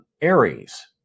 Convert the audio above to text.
Aries